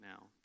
now